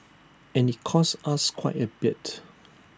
and IT costs us quite A bit